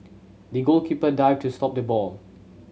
the goalkeeper dived to stop the ball